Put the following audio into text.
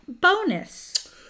bonus